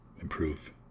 improve